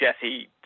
Jesse